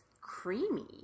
creamy